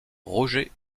roger